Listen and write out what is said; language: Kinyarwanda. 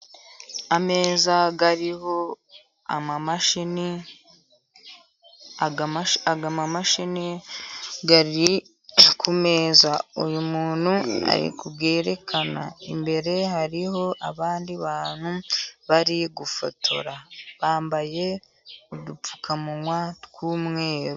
Ameza ariho amamashini, aya mamashini ari kumeza uyu muntu ari kubyerekana imbere hariho abandi bantu bari gufotora bambaye udupfukamunwa tw'umweru.